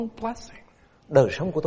blessing